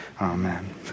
amen